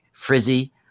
frizzy